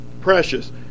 precious